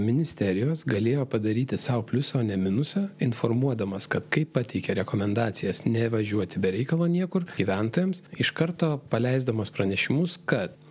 ministerijos galėjo padaryti sau pliusą o ne minusą informuodamas kad kai pateikė rekomendacijas nevažiuoti be reikalo niekur gyventojams iš karto paleisdamos pranešimus kad